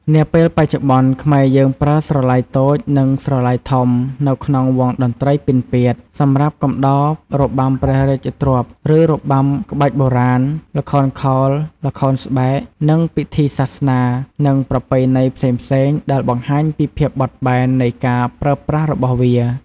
នាពេលបច្ចុប្បន្ន ខ្មែរយើងប្រើស្រឡៃតូច និងស្រឡៃធំ នៅក្នុងវង់តន្ត្រីពិណពាទ្យ សម្រាប់កំដររបាំព្រះរាជទ្រព្យ ឬរបាំក្បាច់បុរាណ ល្ខោនខោល ល្ខោនស្បែក និងពិធីសាសនា និងប្រពៃណីផ្សេងៗ ដែលបង្ហាញពីភាពបត់បែននៃការប្រើប្រាស់របស់វា។